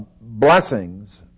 blessings